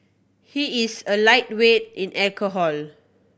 he is a lightweight in alcohol